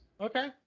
Okay